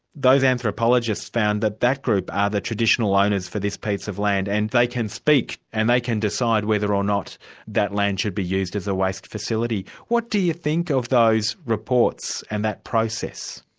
those anthropologists found that that group are the traditional owners for this piece of land and they can speak, and they can decide whether or not that land should be used as a waste facility. what do you think of those reports, and that process?